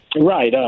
right